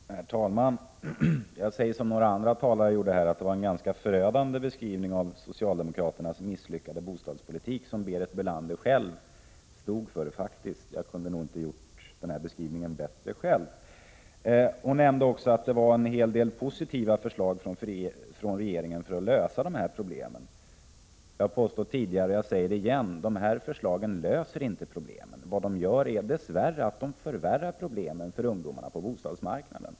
Herr talman! Jag säger som några andra talare: Det var en ganska förödande beskrivning av socialdemokraternas misslyckade bostadspolitik som Berit Bölander själv stod för. Jag kunde inte ha gjort beskrivningen bättre själv. Hon nämnde också att det fanns en hel del positiva förslag från regeringen för att lösa problemen. Jag påstod tidigare och jag säger det igen: De här förslagen löser inte problemen. Vad de gör är dess värre att de förvärrar problemen för ungdomarna på bostadsmarknaden.